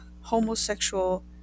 homosexual